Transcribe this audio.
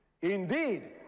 Indeed